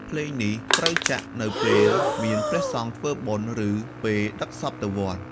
ភ្លេងនេះត្រូវចាក់នៅពេលមានព្រះសង្ឃធ្វើបុណ្យ ឬពេលដឹកសពទៅវត្ត។